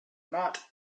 not